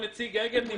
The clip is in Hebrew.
נציג אגד.